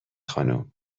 خانم